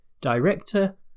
director